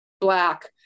Black